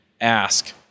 ask